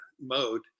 mode